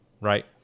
right